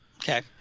Okay